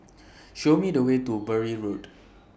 Show Me The Way to Bury Road